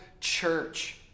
church